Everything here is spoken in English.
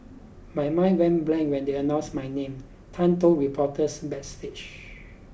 my mind went blank when they announced my name Tan told reporters backstage